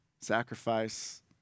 sacrifice